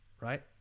right